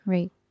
Right